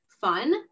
fun